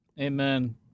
Amen